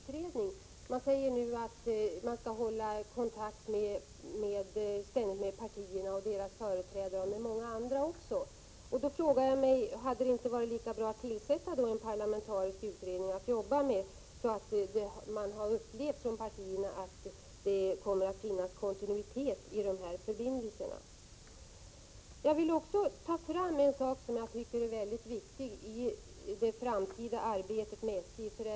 Kommunikationsministern säger nu att han ständigt skall hålla kontakt med partiernas företrädare och även med många andra, och jag vill därför fråga: Hade det inte varit lika bra att tillsätta en parlamentarisk utredning, så att partierna hade upplevt att det är kontinuitet i förbindelserna? Jag vill också ta fram en sak som är mycket viktig i det framtida arbetet med SJ.